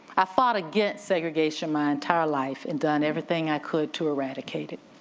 i fought against segregation my entire life and done everything i could to eradicate it,